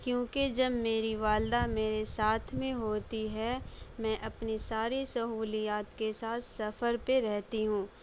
کیونکہ جب میری والدہ میرے ساتھ میں ہوتی ہے میں اپنی ساری سہولیات کے ساتھ سفر پہ رہتی ہوں